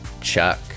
Chuck